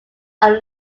are